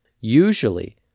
Usually